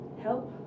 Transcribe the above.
help